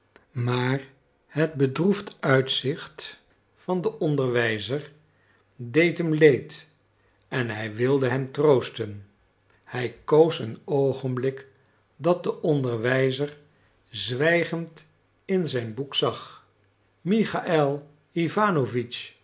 maar het bedroefd uitzicht van den onderwijzer deed hem leed en hij wilde hem troosten hij koos een oogenblik dat de onderwijzer zwijgend in zijn boek zag michael